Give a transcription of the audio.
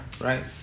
right